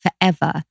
forever